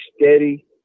steady